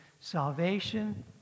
Salvation